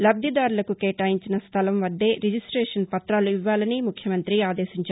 లబ్దిదారులకు కేటాయించిన స్థలం వద్దే రిజిస్టేషన్ పతాలు ఇవ్వాలని ముఖ్యమంతి ఆదేశించారు